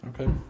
Okay